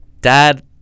dad